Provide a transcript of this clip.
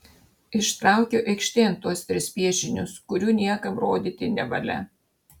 ištraukiu aikštėn tuos tris piešinius kurių niekam rodyti nevalia